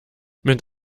mit